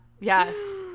Yes